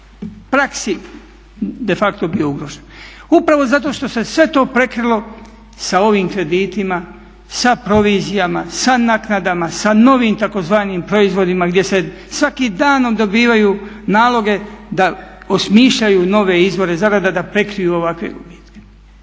praksi de facto bio ugrožen? Upravo zato što se sve to prekrilo sa ovim kreditima, sa provizijama, sa naknadama, sa novim tzv. proizvodima gdje se svakim danom dobivaju naloge da osmišljaju nove izvore zarada, da prekriju ovakve gubitke.